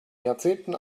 jahrzehnten